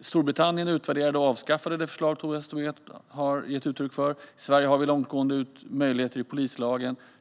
Storbritannien utvärderade och avskaffade det förslag Tomas Tobé har gett uttryck för. I Sverige har vi långtgående möjligheter i polislagen.